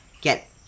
get